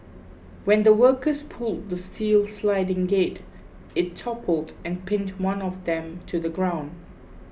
when the workers pulled the steel sliding gate it toppled and pinned one of them to the ground